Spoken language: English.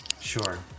Sure